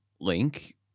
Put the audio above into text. link